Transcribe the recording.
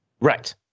Right